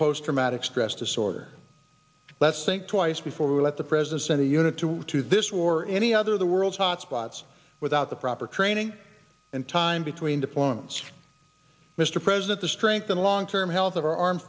post traumatic stress disorder let's think twice before we let the president send a unit to to this or any other of the world's hotspots without the proper training and time between deployments mr president the strength of a long term health of our armed